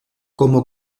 como